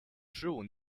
十五